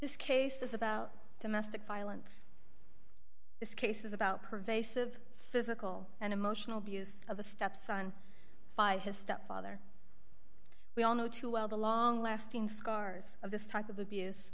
this case is about domestic violence this case is about pervasive physical and emotional abuse of a stepson by his stepfather we all know too well the long lasting scars of this type of abuse